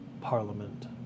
Parliament